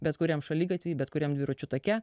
bet kuriam šaligatvy bet kuriam dviračių take